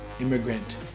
immigrant